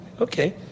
okay